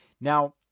Now